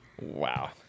Wow